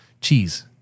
cheese